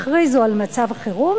הכריזו על מצב חירום